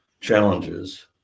challenges